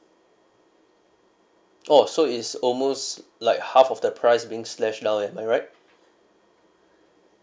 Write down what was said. oh so it's almost like half of the price being slash now am I right